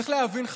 צריך להבין,